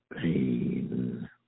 pain